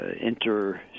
inter